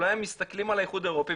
אולי הם מסתכלים על האיחוד האירופי,